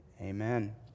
Amen